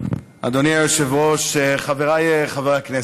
אדוני היושב-ראש, חבריי חברי הכנסת,